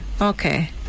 Okay